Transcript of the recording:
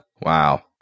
Wow